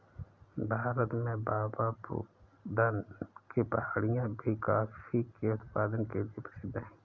भारत में बाबाबुदन की पहाड़ियां भी कॉफी के उत्पादन के लिए प्रसिद्ध है